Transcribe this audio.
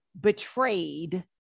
betrayed